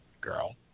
girl